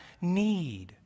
need